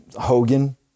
Hogan